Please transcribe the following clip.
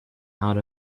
out